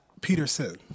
Peterson